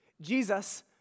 Jesus